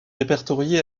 répertorié